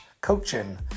coaching